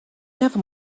never